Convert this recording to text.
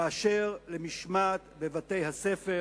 באשר למשמעת בבתי-הספר.